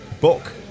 book